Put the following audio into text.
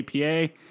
APA